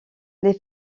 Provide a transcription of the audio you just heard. les